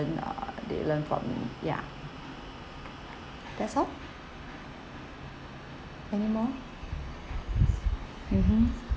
uh they learn from ya that's all anymore mmhmm